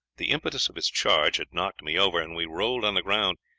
the impetus of his charge had knocked me over, and we rolled on the ground,